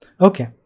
Okay